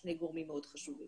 שני גורמים מאוד חשובים.